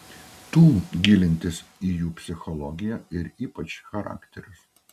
tų gilintis į jų psichologiją ir ypač charakterius